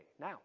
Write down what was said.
Now